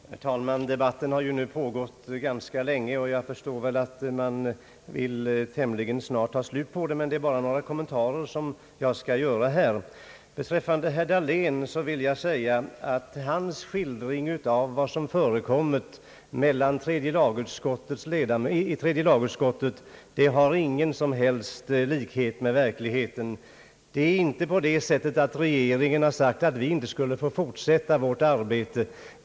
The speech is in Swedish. Herr talman! Debatten har nu pågått ganska länge, och jag förstår att man tämligen snart vill ha slut på den. Jag skall därför endast göra några kommentarer. Beträffande herr Dahlén vill jag säga att hans skildring av vad som förekommit i tredje lagutskottet inte har någon som helst likhet med verkligheten. Det är inte på det sättet att regeringen har sagt att vi inte skulle få fortsätta vårt arbete i utskottet.